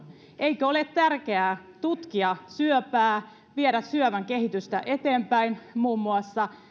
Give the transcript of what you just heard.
eikö ole tärkeää tutkia syöpää viedä syövänhoidon kehitystä eteenpäin muun muassa